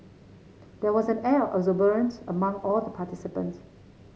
there was an air of exuberance among all the participants